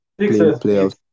playoffs